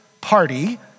party